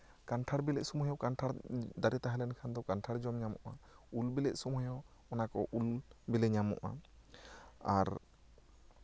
ᱠᱟᱱᱴᱷᱟᱲ ᱵᱤᱞᱤᱜ ᱥᱚᱢᱚᱭ ᱦᱚᱸ ᱠᱟᱱᱴᱷᱟᱲ ᱫᱟᱨᱮ ᱛᱟᱦᱮᱸ ᱞᱮᱱᱠᱷᱟᱱ ᱫᱚ ᱠᱟᱱᱴᱷᱟᱲ ᱡᱚᱢ ᱧᱟᱢᱚᱜᱼᱟ ᱩᱞ ᱵᱤᱞᱤ ᱥᱚᱢᱚᱭᱦᱚᱸ ᱚᱱᱟ ᱠᱚ ᱩᱞ ᱵᱤᱞᱤ ᱧᱟᱢᱚᱜᱼᱟ ᱟᱨ